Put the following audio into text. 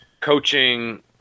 coaching